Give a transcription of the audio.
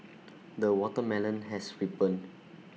the watermelon has ripened